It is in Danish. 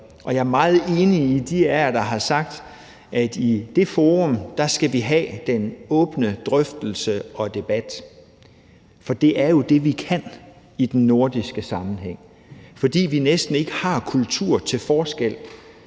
Jeg er meget enig med dem af jer, der har sagt, at vi i det forum skal have den åbne drøftelse og debat, for det er jo det, vi kan i den nordiske sammenhæng, fordi der næsten ikke er forskel